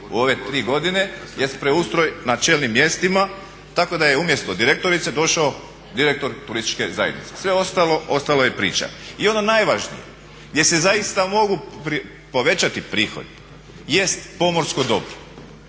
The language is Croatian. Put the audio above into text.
u ove tri godine jest preustroj na čelnim mjestima, tako da je umjesto direktorice došao direktor turističke zajednice. Sve ostalo, ostalo je priča. I ono najvažnije gdje se zaista mogu povećati prihodi jest pomorsko dobro.